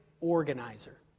organizer